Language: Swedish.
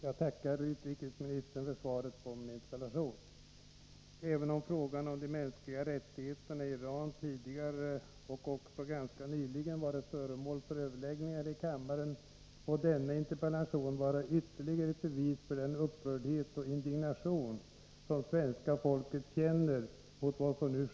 I och med att schahen störtades och Khomeini kom till makten i Iran förväntade sig det iranska folket att dess långvariga önskan om frihet och demokrati skulle uppfyllas.